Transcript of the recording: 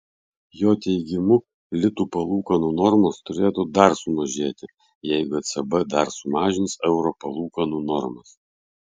jo teigimu litų palūkanų normos turėtų dar sumažėti jeigu ecb dar sumažins euro palūkanų normas